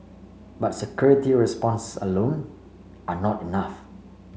but security response alone are not enough